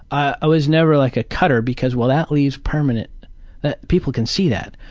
i was never like a cutter, because, well, that leaves permanent people can see that.